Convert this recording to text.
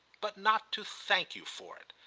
but not to thank you for it?